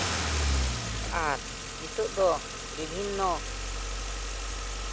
ᱟᱨ ᱱᱤᱛᱚᱜ ᱫᱚ ᱵᱤᱵᱷᱤᱱᱱᱚ